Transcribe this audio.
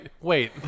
Wait